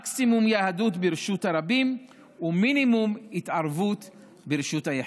מקסימום יהדות ברשות הרבים ומינימום התערבות ברשות היחיד.